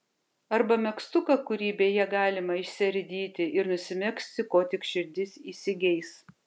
arba megztuką kurį beje galima išsiardyti ir nusimegzti ko tik širdis įsigeis